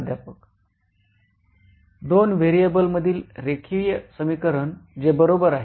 प्राध्यापक दोन व्हेरिएबल मधील रेखीय समीकरण जे बरोबर आहे